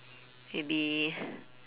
maybe